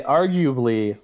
arguably